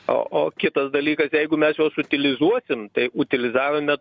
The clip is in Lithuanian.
o o kitas dalykas jeigu mes juos utilizuosim tai utilizavime